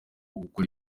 gukora